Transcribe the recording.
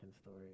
story